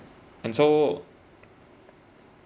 and so